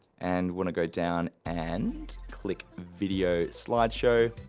and wanna go down and click video slideshow.